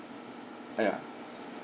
ah ya